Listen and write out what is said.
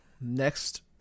next